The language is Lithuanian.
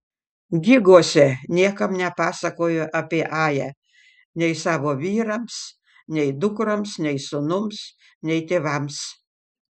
giguose niekam nepasakojo apie ają nei savo vyrams nei dukroms nei sūnums nei tėvams